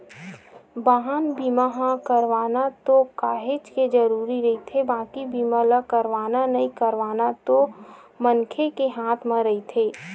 बाहन बीमा ह करवाना तो काहेच के जरुरी रहिथे बाकी बीमा ल करवाना नइ करवाना ओ तो मनखे के हात म रहिथे